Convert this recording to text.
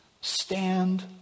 stand